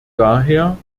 daher